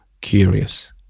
curious